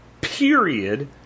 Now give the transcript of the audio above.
period